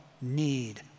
need